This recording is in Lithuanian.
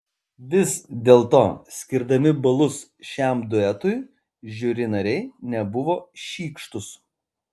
vis dėlto skirdami balus šiam duetui žiuri nariai nebuvo šykštūs